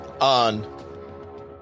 on